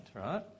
right